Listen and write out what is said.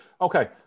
Okay